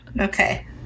Okay